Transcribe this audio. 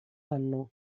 anno